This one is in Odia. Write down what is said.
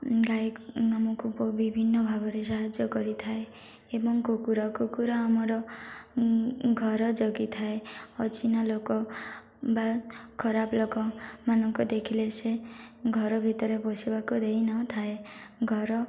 ଗାଈ ଆମକୁ ବିଭିନ୍ନ ଭାବରେ ସାହାଯ୍ୟ କରିଥାଏ ଏବଂ କୁକୁର କୁକୁର ଆମର ଘର ଜଗି ଥାଏ ଅଚିହ୍ନା ଲୋକ ବା ଖରାପ ଲୋକମାନଙ୍କ ଦେଖିଲେ ସେ ଘର ଭିତରେ ପସିବାକୁ ଦେଇନଥାଏ ଘର